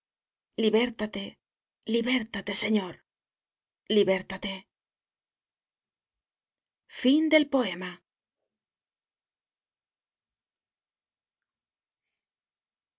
liberta te liberta te señor liberta te la